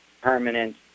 permanent